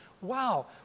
Wow